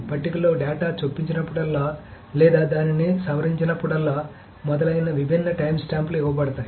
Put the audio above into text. పట్టికలో డేటా చొప్పించినప్పుడల్లా లేదా దానిని సవరించినప్పుడల్లా మొదలైన విభిన్న టైమ్స్టాంప్లు ఇవ్వబడతాయి